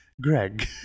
Greg